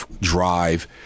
drive